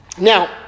Now